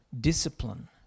discipline